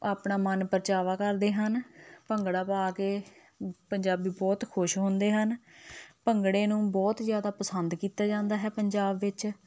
ਆਪਣਾ ਮਨ ਪਰਚਾਵਾ ਕਰਦੇ ਹਨ ਭੰਗੜਾ ਪਾ ਕੇ ਪੰਜਾਬੀ ਬਹੁਤ ਖੁਸ਼ ਹੁੰਦੇ ਹਨ ਭੰਗੜੇ ਨੂੰ ਬਹੁਤ ਜ਼ਿਆਦਾ ਪਸੰਦ ਕੀਤਾ ਜਾਂਦਾ ਹੈ ਪੰਜਾਬ ਵਿੱਚ